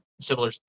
similar